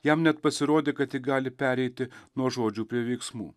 jam net pasirodė kad gali pereiti nuo žodžių prie veiksmų